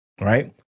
Right